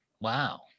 Wow